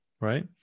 right